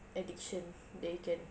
addiction that you can